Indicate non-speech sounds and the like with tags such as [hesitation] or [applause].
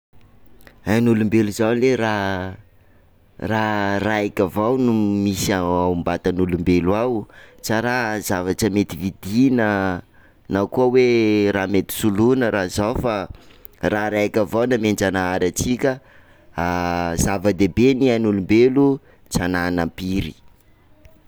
Ain'olombelo zao ley raha, raha raika avao no misy ao am-batan'olombelo ao, tsa raha zavatra mety vidiana, na koa hoa raha mety soloina raha zao, raha raika avao nomenjanahary antsika [hesitation] zava-dehibe ny ain'olombelo, tsy hananam-piry.